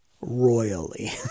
royally